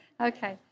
Okay